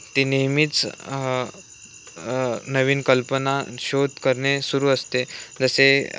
ती नेहमीच नवीन कल्पना शोध करणे सुरू असते जसे